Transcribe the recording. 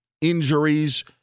injuries